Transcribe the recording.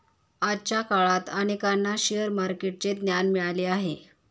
आजच्या काळात अनेकांना शेअर मार्केटचे ज्ञान मिळाले आहे